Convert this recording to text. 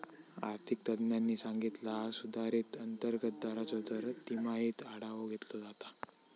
आर्थिक तज्ञांनी सांगितला हा सुधारित अंतर्गत दराचो दर तिमाहीत आढावो घेतलो जाता